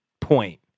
point